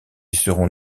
sont